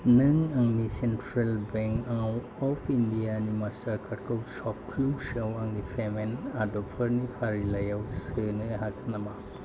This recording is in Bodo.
नों आंनि सेन्ट्रेल बेंक अफ इन्डिया नि मास्टारकार्डखौ सपक्लुसआव आंनि पेमेन्ट आदबफोरनि फारिलाइयाव सोनो हागोन नामा